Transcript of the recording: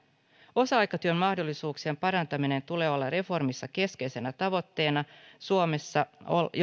osa aikatyön mahdollisuuksien parantamisen tulee olla reformissa keskeisenä tavoitteena suomessa